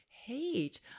Hate